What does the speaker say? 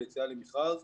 ליציאה למכרז.